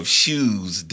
shoes